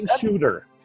shooter